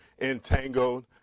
entangled